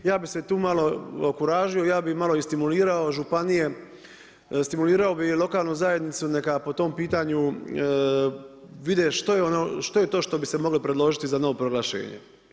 Ja bi se tu malo okuražio, ja bi malo i stimulirao županije, stimulirao bih i lokalnu zajednicu neka po tom pitanju vide što je ono, što je to što bi se moglo predložiti za novo proglašenje.